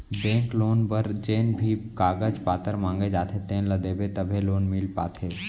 bank loan बर जेन भी कागज पातर मांगे जाथे तेन ल देबे तभे लोन मिल पाथे